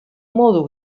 modu